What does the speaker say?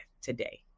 today